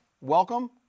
welcome